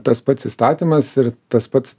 tas pats įstatymas ir tas pats